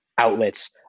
outlets